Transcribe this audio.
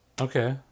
Okay